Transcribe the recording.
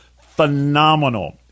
phenomenal